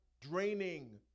draining